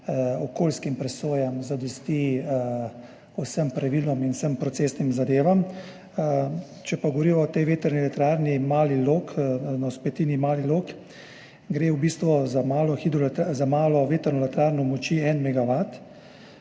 okoljskim presojam, zadosti vsem pravilom in vsem procesnim zadevam. Če pa govorimo o tej vetrni elektrarni na vzpetini Mali Log, gre v bistvu za malo vetrno elektrarno moči 1